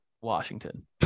Washington